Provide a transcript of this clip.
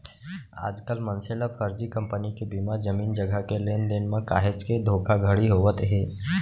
आजकल मनसे ल फरजी कंपनी के बीमा, जमीन जघा के लेन देन म काहेच के धोखाघड़ी होवत हे